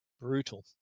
brutal